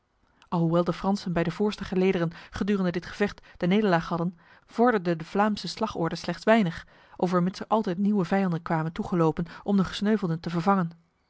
alhoewel de fransen bij de voorste gelederen gedurende dit gevecht de nederlaag hadden vorderde de vlaamse slagorde slechts weinig overmits er altijd nieuwe vijanden kwamen toegelopen om de gesneuvelden te vervangen